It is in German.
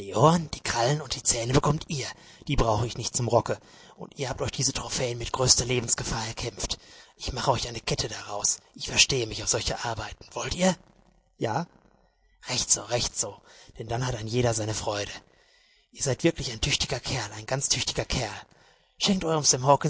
die krallen und die zähne bekommt ihr die brauche ich nicht zum rocke und ihr habt euch diese trophäen mit größter lebensgefahr erkämpft ich mache euch eine kette daraus ich verstehe mich auf solche arbeiten wollt ihr ja recht so recht so denn dann hat ein jeder seine freude ihr seid wirklich ein tüchtiger kerl ein ganz tüchtiger kerl schenkt eurem